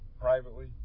privately